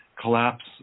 collapse